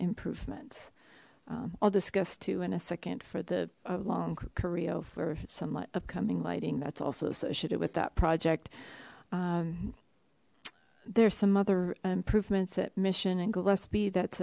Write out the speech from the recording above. improvements um i'll discuss too in a second for the long career for some upcoming lighting that's also associated with that project there are some other improvements at mission and gillespie that's